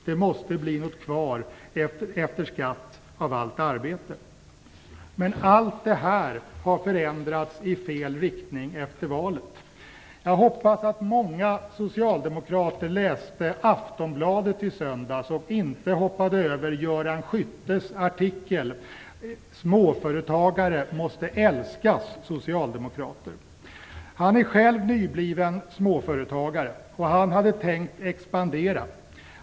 Det måste bli något kvar av allt arbete efter skatt. Allt detta har förändrats i fel riktning efter valet. Jag hoppas att många socialdemokrater läste Aftonbladet i söndags och att de inte hoppade över Göran Skyttes artikel "Småföretagare måste älskas, s!" Göran Skytte är själv nybliven småföretagare och hade tänkt expandera.